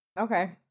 Okay